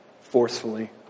forcefully